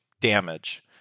damage